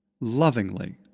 lovingly